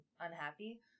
unhappy